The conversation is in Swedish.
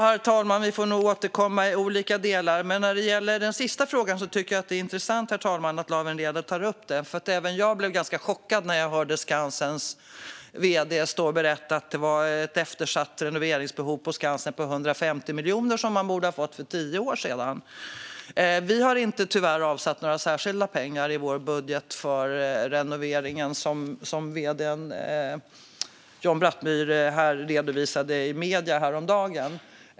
Herr talman! Vi får nog återkomma till några delar, men när det gäller den sista frågan tycker jag att det är intressant att Lawen Redar tar upp den, för även jag blev ganska chockad när jag hörde Skansens vd berätta att de eftersatta renoveringarna skulle kosta 150 miljoner och att man borde ha fått pengarna för tio år sedan. Vi har tyvärr inte avsatt några särskilda pengar i vår budget för renoveringsbehoven som vd:n John Brattmyhr redovisade i medierna häromdagen.